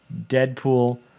Deadpool